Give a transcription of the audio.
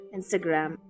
Instagram